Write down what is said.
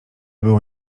było